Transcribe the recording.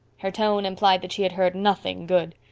her tone implied that she had heard nothing good.